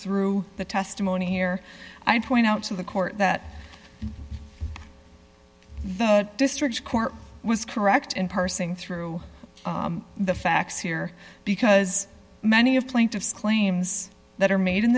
through the testimony here i point out to the court that the district court was correct in parsing through the facts here because many of plaintiff's claims that are made in